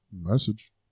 Message